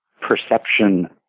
perception